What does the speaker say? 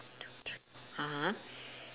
(uh huh)